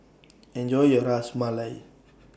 Enjoy your Ras Malai